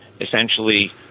essentially